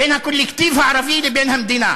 בין הקולקטיב הערבי לבין המדינה.